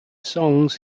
songs